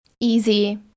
easy